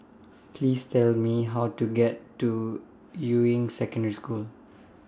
Please Tell Me How to get to Yuying Secondary School